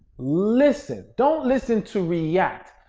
listen. don't listen to react,